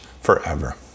forever